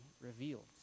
revealed